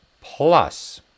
plus